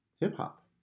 hip-hop